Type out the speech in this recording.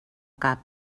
cap